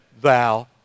thou